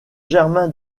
germain